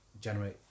generate